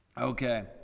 okay